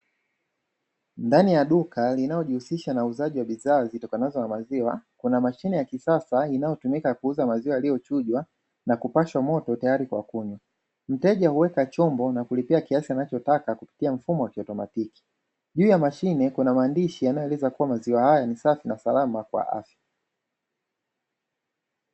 Ndani ya duka linalojihusisha na uuzaji wa bidhaa zitokanazo na maziwa, kuna mashine ya kisasa inayotumika kuuza maziwa yaliyochujwa na kupashwa moto tayari kwa kunywa. Mteja huweka chombo na kulipia kiasi anachotaka kupitia mfumo wa kiautomatiki. Juu ya mashine kuna maandishi yanayoeleza kuwa maziwa haya ni safi na salama kwa afya.